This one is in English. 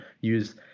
use